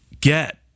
get